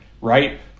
right